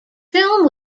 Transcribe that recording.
film